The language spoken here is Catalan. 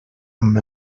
amb